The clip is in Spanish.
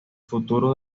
futuro